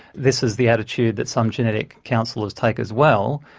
this is the attitude that some genetic counsellors take as well,